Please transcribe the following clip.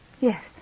Yes